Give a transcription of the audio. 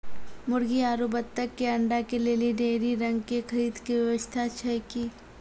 मुर्गी आरु बत्तक के अंडा के लेली डेयरी रंग के खरीद के व्यवस्था छै कि?